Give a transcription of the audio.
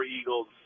Eagles